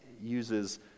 uses